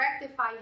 rectify